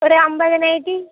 ஒரு ஐம்பது நைட்டி